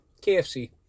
KFC